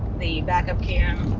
the backup cam,